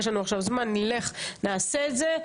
יש לנו עכשיו זמן, נלך נעשה את זה.